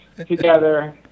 together